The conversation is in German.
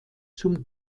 zum